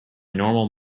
normal